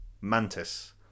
Mantis